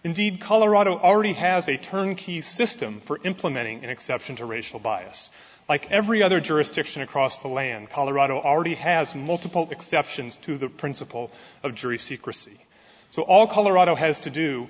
indeed colorado already has a turnkey system for implementing an exception to racial bias like every other jurisdiction across the land colorado already has multiple exceptions to the principle of jury secrecy so all colorado has to do